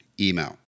email